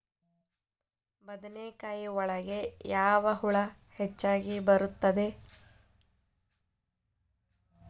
ಬದನೆಕಾಯಿ ಒಳಗೆ ಯಾವ ಹುಳ ಹೆಚ್ಚಾಗಿ ಬರುತ್ತದೆ?